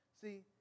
See